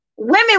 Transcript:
Women